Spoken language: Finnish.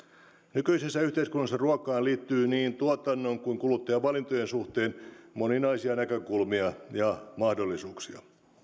nykyisessä yhteiskunnassa ruokaan liittyy niin tuotannon kuin kuluttajan valintojen suhteen moninaisia näkökulmia ja mahdollisuuksia